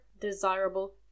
desirable